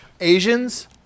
Asians